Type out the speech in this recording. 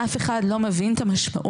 אף אחד לא מבין את המשמעות,